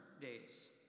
days